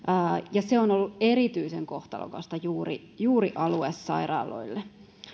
ja se on ollut erityisen kohtalokasta juuri juuri aluesairaaloille